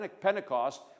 Pentecost